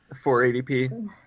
480p